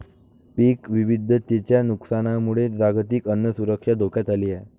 पीक विविधतेच्या नुकसानामुळे जागतिक अन्न सुरक्षा धोक्यात आली आहे